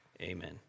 amen